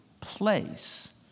place